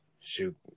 shoot